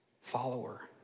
follower